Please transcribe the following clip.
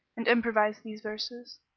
and improvised these verses,